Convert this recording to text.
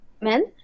men